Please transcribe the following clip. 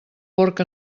porc